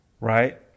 right